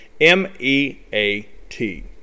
M-E-A-T